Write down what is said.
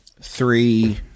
three